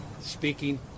speaking